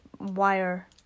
wire